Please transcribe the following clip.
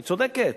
היא צודקת.